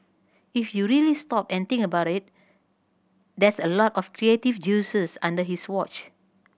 if you really stop and think about it that's a lot of creative juices under his watch